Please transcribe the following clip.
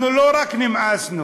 אנחנו לא רק נמאסנו,